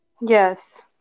Yes